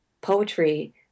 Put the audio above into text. poetry